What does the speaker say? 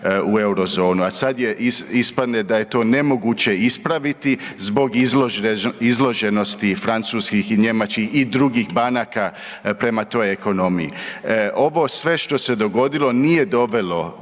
u Eurozonu, a sad je ispadne da je to nemoguće ispraviti zbog izloženosti francuskih i njemačkih i drugih banaka prema toj ekonomiji. Ovo sve što se dogodilo nije dovelo